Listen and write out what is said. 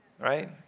right